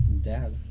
Dad